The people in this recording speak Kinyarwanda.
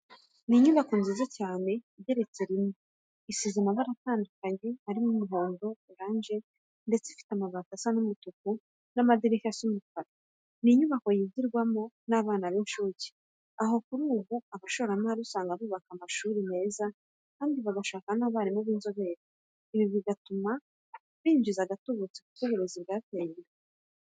Ni inyubako nziza cyane igeretse rimwe isize amabara atandukanye arimo umuhondo, oranje ndetse ifite amabati asa umutuku n'amadirishya asa umukara. Ni inyubako yigirwamo n'abana b'incuke, aho kuri ubu abashoramari usanga bubaka amashuri meza kandi bagashaka n'abarimu b'inzobere, ibi bigatuma binjiza agatubutse kuko uburezi bwateye imbere.